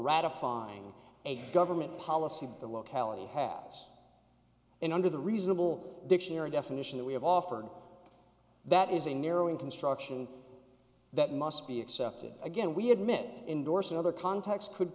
ratifying a government policy that the locality had us in under the reasonable dictionary definition that we have offered that is a narrowing construction that must be accepted again we had mitt endorse in other contexts could